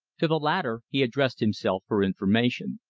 to the latter he addressed himself for information.